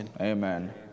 Amen